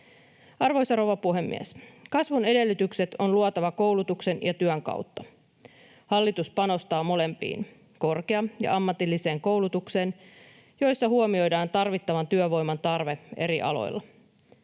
Arvoisa rouva puhemies! Kasvun edellytykset on luotava koulutuksen ja työn kautta. Hallitus panostaa molempiin, korkea- ja ammatilliseen koulutukseen, joissa huomioidaan tarvittavan työvoiman tarve eri aloilla.